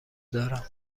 دارم